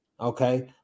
Okay